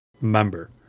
member